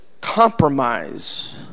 compromise